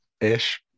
ish